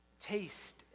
taste